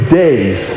days